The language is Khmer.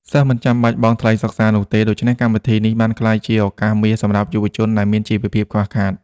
សិស្សមិនចាំបាច់បង់ថ្លៃសិក្សានោះទេ ដូច្នេះកម្មវិធីនេះបានក្លាយជាឱកាសមាសសម្រាប់យុវជនដែលមានជីវភាពខ្វះខាត។